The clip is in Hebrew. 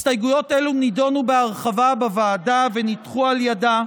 הסתייגויות אלו נידונו בהרחבה בוועדה ונדחו על ידה.